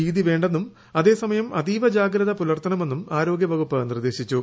ഭീതി വേണ്ടെന്നും അതേസമയം അതീവജാഗ്രത പുലർത്തണമെന്നും ആരോഗ്യവകുപ്പ് നിർദേശിച്ചു